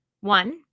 One